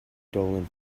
dolan